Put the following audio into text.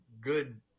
good